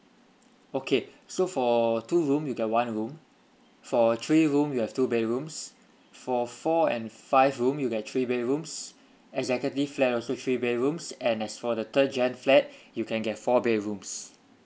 okay so for two room you get one room for three room you have two bedrooms for four and five room you get three bedrooms executive flat also three bedrooms and as for the third gen flat you can get four bedrooms